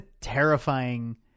terrifying